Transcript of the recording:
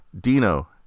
Dino